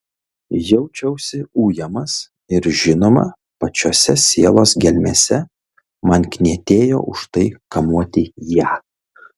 jaučiausi ujamas ir žinoma pačiose sielos gelmėse man knietėjo už tai kamuoti ją